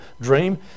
dream